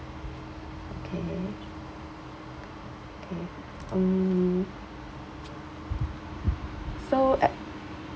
okay okay mm so ac~